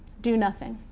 do nothing.